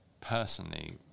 personally